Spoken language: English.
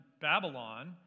Babylon